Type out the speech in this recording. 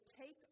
take